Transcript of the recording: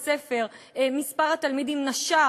מספר התלמידים ירד,